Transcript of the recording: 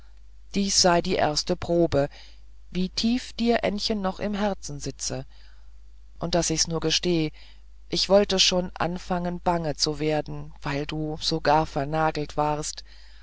dies sei die erste probe wie tief dir ännchen noch im herzen sitze und daß ich's nur gestehe mir wollte schon anfangen bange werden weil du so gar vernagelt warst